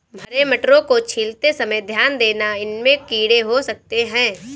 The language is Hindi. हरे मटरों को छीलते समय ध्यान देना, इनमें कीड़े हो सकते हैं